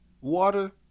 Water